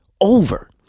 over